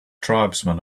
tribesmen